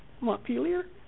Montpelier